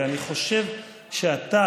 ואני חושב שאתה,